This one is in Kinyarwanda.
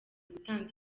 gutanga